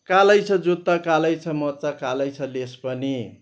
कालै छ जुत्ता कालै छ मोचा कालै छ लेस पनि